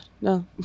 no